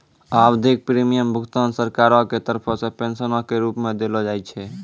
आवधिक प्रीमियम भुगतान सरकारो के तरफो से पेंशनो के रुप मे देलो जाय छै